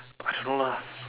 I don't know lah